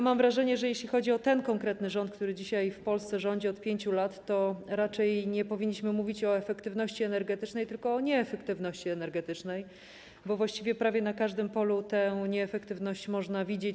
Mam wrażenie, że jeśli chodzi o ten konkretny rząd, który w Polsce rządzi od 5 lat, to raczej nie powinniśmy mówić o efektywności energetycznej, tylko o nieefektywności energetycznej, bo właściwie prawie na każdym polu tę nieefektywność można zobaczyć.